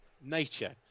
nature